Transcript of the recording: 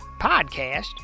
podcast